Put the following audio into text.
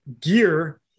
gear